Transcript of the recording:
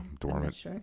Dormant